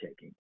taking